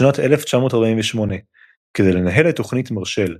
בשנת 1948 כדי לנהל את תוכנית מרשל,